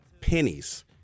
pennies